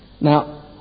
Now